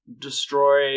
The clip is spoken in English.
destroy